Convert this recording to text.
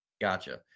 Gotcha